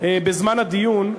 בזמן הדיון,